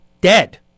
Dead